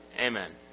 Amen